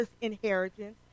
inheritance